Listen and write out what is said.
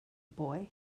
boy